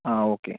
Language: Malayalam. ആ ഓക്കെ